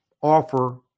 offer